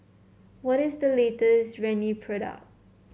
what is the latest Rene product